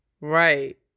Right